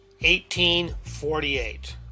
1848